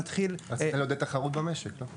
רצית להיות בתחרות במשק, לא?